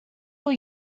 will